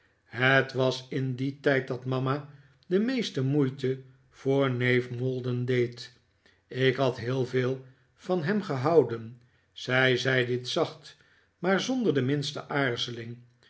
het was in dien tijd dat mama de meeste moeite voor neef maldon deed ik had heel veel van hem gehouden zij zei dit zacht maar zonder de minste aarzeling